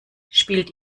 spielt